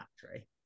factory